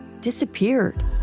disappeared